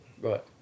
Right